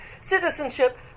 citizenship